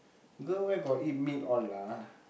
girl where got eat meat all lah